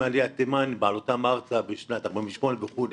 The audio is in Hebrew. עליית תימן בעלותם ארצה בשנת 48' וכו'.